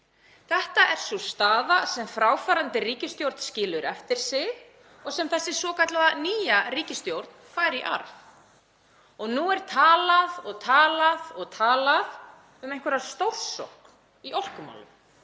Þetta er sú staða sem fráfarandi ríkisstjórn skilur eftir sig og sem þessi svokallaða nýja ríkisstjórn fær í arf. Og nú er talað og talað um einhverja stórsókn í orkumálum